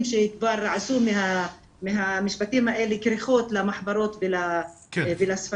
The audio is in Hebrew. שכבר עשו מהמשפטים האלה כריכות למחברות ולספרים.